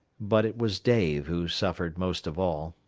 but it was dave who suffered most of all.